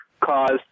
caused